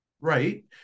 right